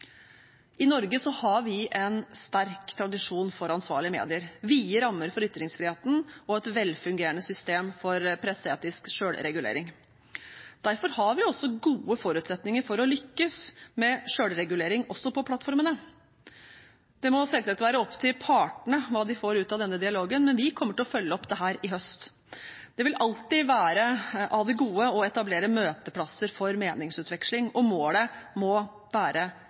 I Norge har vi en sterk tradisjon for ansvarlige medier, vide rammer for ytringsfriheten og et velfungerende system for presseetisk selvregulering. Derfor har vi også gode forutsetninger for å lykkes med selvregulering også på plattformene. Det må selvsagt være opp til partene hva de får ut av denne dialogen, men vi kommer til å følge opp dette i høst. Det vil alltid være av det gode å etablere møteplasser for meningsutveksling, og målet må